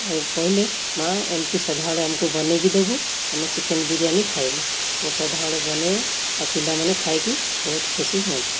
ଆଉ କହିଲେ ମା' ଏମିତି ସଦା ବେଳେ ଆମକୁ ବନେଇକି ଦେବୁ ଆମେ ଚିକେନ ବିରିୟାନି ଖାଇବୁ ମୁଁ ସଦା ବେଳେ ବନାଏ ଆଉ ପିଲା ମାନେ ଖାଇକି ବହୁତ ଖୁସି ହୁଅନ୍ତି